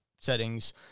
settings